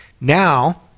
Now